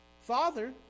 father